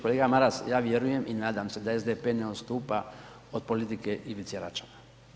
Kolega Maras ja vjerujem i nadam se da SDP ne odstupa od politike Ivice Račana.